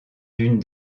d’une